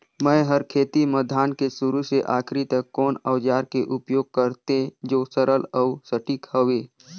मै हर खेती म धान के शुरू से आखिरी तक कोन औजार के उपयोग करते जो सरल अउ सटीक हवे?